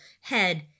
head